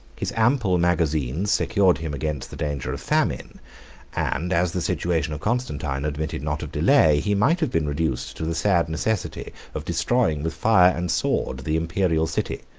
his ample magazines secured him against the danger of famine and as the situation of constantine admitted not of delay, he might have been reduced to the sad necessity of destroying with fire and sword the imperial city,